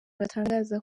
batangaza